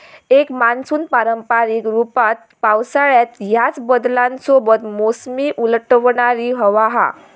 एक मान्सून पारंपारिक रूपात पावसाळ्यात ह्याच बदलांसोबत मोसमी उलटवणारी हवा हा